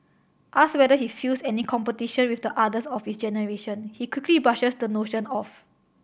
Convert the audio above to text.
asked whether he feels any competition with the others of his generation he quickly brushes the notion off